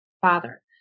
father